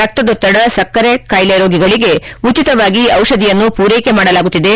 ರತ್ತದೊತ್ತಡ ಸಕ್ಕರೆ ಖಾಯಿಲೆ ರೋಗಿಗಳಿಗೆ ಉಚಿತವಾಗಿ ಜಿಷಧಿಯನ್ನು ಪೂರೈಕೆ ಮಾಡಲಾಗುತ್ತಿದೆ